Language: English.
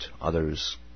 others